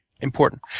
important